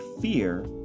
fear